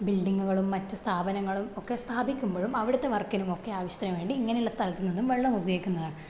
ബിൽഡിങ്ങുകളും മറ്റ് സ്ഥാപനങ്ങളും ഒക്കെ സ്ഥാപിക്കുമ്പോഴും അവിടത്തെ വര്ക്കിനുമൊക്കെ ആവശ്യത്തിനു വേണ്ടി ഇങ്ങനെയുള്ള സ്ഥലത്ത് നിന്നും വെള്ളം ഉപയോഗിക്കുന്നതാണ്